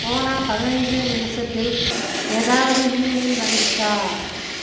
போன பதினஞ்சு நிமிஷத்தில் எதாவது ஈமெயில் வந்துச்சா